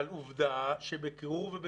אבל עובדה שבקירור,